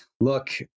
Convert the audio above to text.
look